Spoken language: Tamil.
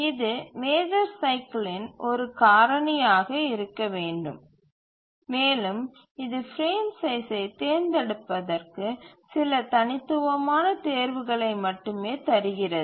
இது மேஜர் சைக்கிலின் ஒரு காரணியாக இருக்க வேண்டும் மேலும் இது பிரேம் சைஸ்சை தேர்ந்தெடுப்பதற்கு சில தனித்துவமான தேர்வுகளை மட்டுமே தருகிறது